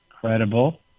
credible